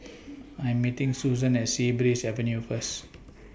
I Am meeting Suzan At Sea Breeze Avenue First